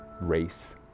race